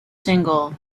single